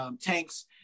tanks